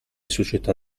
società